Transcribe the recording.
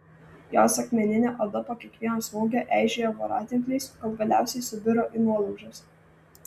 jos akmeninė oda po kiekvieno smūgio eižėjo voratinkliais kol galiausiai subiro į nuolaužas